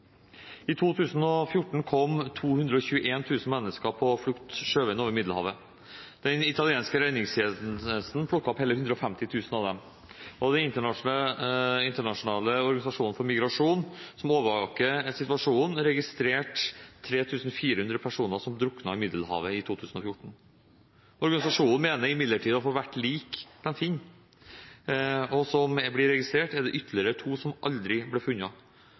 I 2014 kom 221 000 mennesker på flukt sjøveien over Middelhavet. Den italienske redningstjenesten plukket opp hele 150 000 av dem. Den internasjonale Organisasjonen for Migrasjon, som overvåker situasjonen, registrerte 3 400 personer som druknet i Middelhavet i 2014. Organisasjonen mener imidlertid at for hvert lik de finner, og som blir registrert, er det ytterligere to som aldri blir funnet.